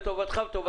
לטובתך וגם לטובתי.